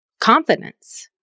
confidence